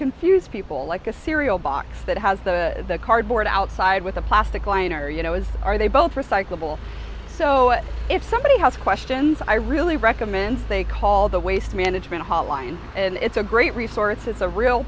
confuse people like a cereal box that has the cardboard outside with a plastic liner you know is are they both recyclable so if somebody has questions i really recommend call they all the waste management hotline and it's a great resource is a real